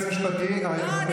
ייעוץ משפטי, בבקשה.